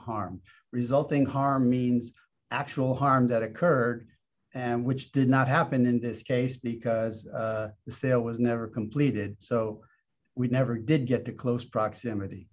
harm resulting harm means actual harm that occurred and which did not happen in this case because the sale was never completed so we never did get to close proximity